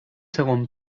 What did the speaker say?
segon